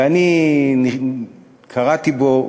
ואני קראתי בו,